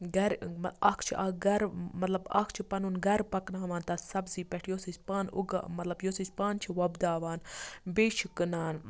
گَر اکھ چھُ اکھ گَرٕ مَطلَب اکھ چھُ پَنُن گَرٕ پَکناوان تتھ سبزی پٮ۪ٹھ یۄس أسۍ پانہٕ اُگا مَطلَب یۄس أسۍ پانہٕ چھِ وۄپبداوان بیٚیہِ چھِ کٕنان